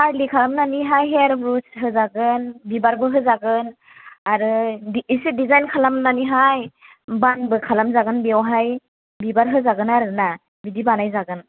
curly खालामनानैहाय hair boost होजागोन बिबारबो होजागोन आरो एसे दिजाइन खालामनानैहाय बानबो खालामजागोन बेयावहाय बिबार होजागोन आरो ना बिदि बानायजागोन